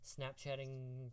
Snapchatting